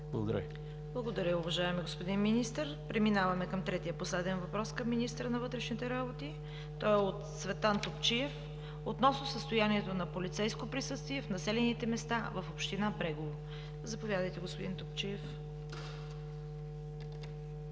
КАРАЯНЧЕВА: Благодаря, уважаеми господин Министър. Преминаваме към третия последен въпрос към министъра на вътрешните работи. Той е от Цветан Топчиев относно състоянието на полицейско присъствие в населените места в община Брегово. Заповядайте, господин Топчиев. ЦВЕТАН